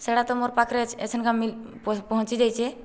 ସେଗୁଡ଼ିକ ତ ମୋର ପାଖରେ ମିଲ୍ ପହଞ୍ଚିଯାଇଛି